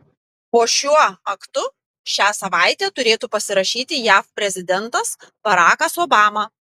po šiuo aktu šią savaitę turėtų pasirašyti jav prezidentas barakas obama